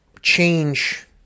change